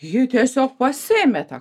ji tiesiog pasiėmė tą